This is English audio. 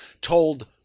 told